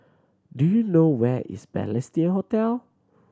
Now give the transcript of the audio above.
do you know where is Balestier Hotel